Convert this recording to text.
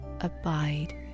abide